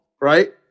right